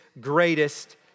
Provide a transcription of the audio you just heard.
greatest